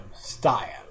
style